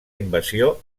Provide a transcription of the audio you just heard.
invasió